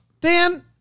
Dan